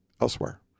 elsewhere